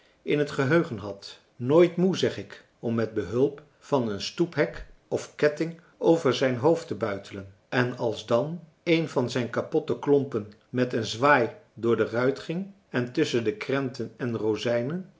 in het geheugen had nooit moe zeg ik om met behulp van een stoephek of ketting over zijn hoofd te buitelen en als dan een van zijn kapotte klompen met een zwaai door de ruit ging en tusschen de krenten en rozijnen